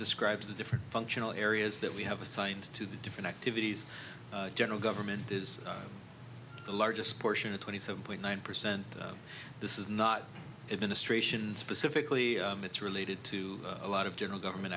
describes the different functional areas that we have assigned to the different activities general government is the largest portion of twenty seven point one percent this is not administrations specifically it's related to a lot of general government